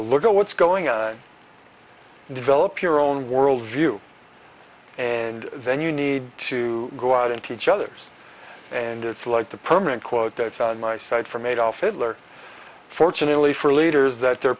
a look at what's going on and develop your own world view and then you need to go out and teach others and it's like the permanent quote that's on my side from adolf hitler fortunately for leaders that the